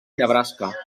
nebraska